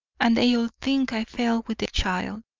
and they all think i fell with the child,